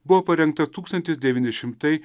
buvo parengta tūkstantis devyni šimtai